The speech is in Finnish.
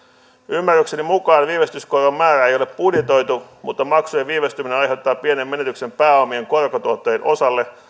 ymmärrykseni mukaan viivästyskoron määrää ei ole budjetoitu mutta maksujen viivästyminen aiheuttaa pienen menetyksen pääomien korkotuottojen osalle